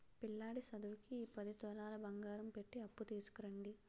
పిల్లాడి సదువుకి ఈ పది తులాలు బంగారం పెట్టి అప్పు తీసుకురండి